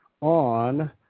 on